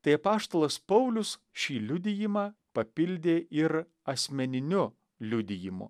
tai apaštalas paulius šį liudijimą papildė ir asmeniniu liudijimu